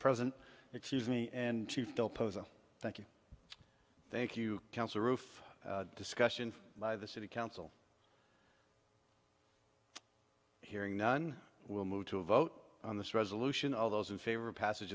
present excuse me and chief don't pose a thank you thank you council roof discussion by the city council hearing none we'll move to a vote on this resolution all those in favor of passage